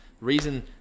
reason